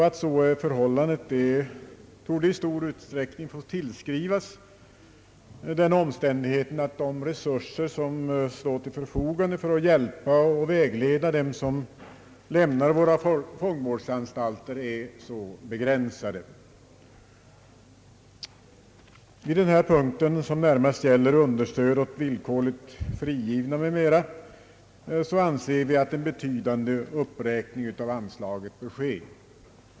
Att så är förhållandet torde i stor utsträckning få tillskrivas den omständigheten att resurser för hjälp och vägledning åt dem som lämnar våra fångvårdsanstalter är så begränsade. anser vi att en betydande uppräkning av anslaget bör ske.